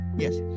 Yes